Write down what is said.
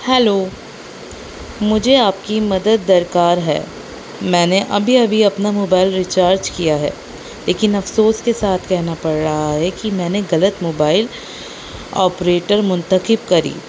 hello مجھے آپ کی مدد درکار ہے میں نے ابھی ابھی اپنا موبائل ریچارج کیا ہے لیکن افسوس کے ساتھ کہنا پڑ رہا ہے کہ میں نے غلط موبائل آپریٹر منتخب کری